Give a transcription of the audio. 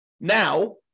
now